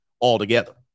altogether